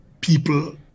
people